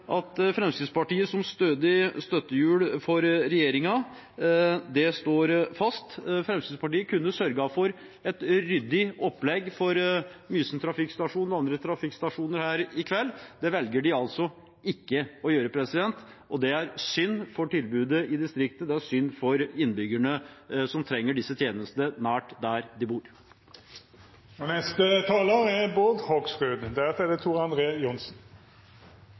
at Fremskrittspartiet som stødig støttehjul for regjeringen står fast. Fremskrittspartiet kunne sørget for et ryddig opplegg for Mysen trafikkstasjon og andre trafikkstasjoner her i kveld. Det velger de altså ikke å gjøre, og det er synd for tilbudet i distriktet, det er synd for innbyggerne som trenger disse tjenestene nær der de bor. Representanten Myrli snakket om høy utestemme fra talerstolen, og han er